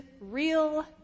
real